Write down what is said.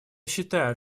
считают